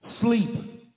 Sleep